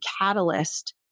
catalyst